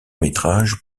métrage